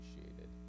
appreciated